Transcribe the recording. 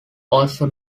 also